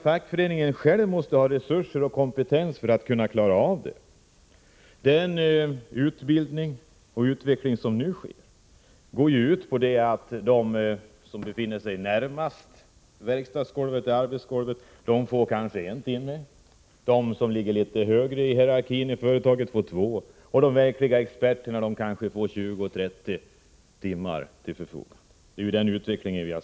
Fackföreningarna själva måste ha resurser och kompetens för att kunna klara av detta. Den utbildning och utveckling som nu sker går ju ut på att de som befinner sig närmast verkstadsgolvet, arbetsgolvet, kanske får en timme, medan de som befinner sig litet högre i hierarkin i företaget får två timmar och de verkliga experterna kanske 20-30 timmar till sitt förfogande.